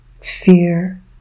fear